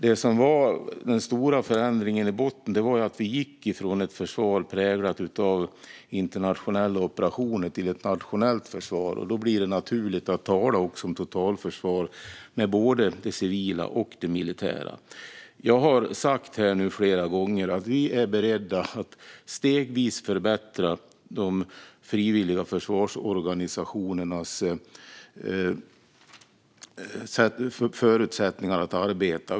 Den stora förändring som ligger i botten var att vi gick från ett försvar präglat av internationella operationer till ett nationellt försvar. Då blir det naturligt att tala om ett totalförsvar med både det civila och det militära. Jag har flera gånger nu sagt att vi är beredda att stegvis förbättra de frivilliga försvarsorganisationernas förutsättningar att arbeta.